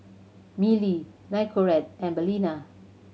Mili Nicorette and Balina